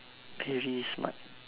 very smart